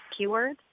keywords